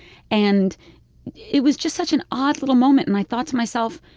and it was just such an odd little moment, and i thought to myself,